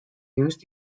used